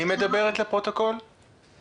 אני מנהלת מח'